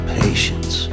patience